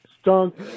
stunk